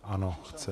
Ano, chce.